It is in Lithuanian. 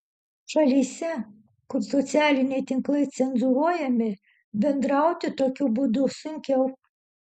šalyse kur socialiniai tinklai cenzūruojami bendrauti tokiu būdu sunkiau